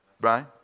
Right